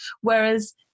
whereas